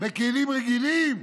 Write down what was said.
מכלים רגילים?